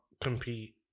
compete